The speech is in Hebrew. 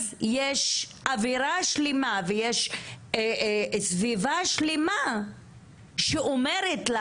אז יש אווירה שלמה ויש סביבה שלמה שאומרת לה